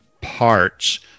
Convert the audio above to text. parts